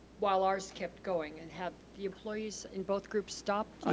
while ours kept going. and have the employees in both groups stopped ah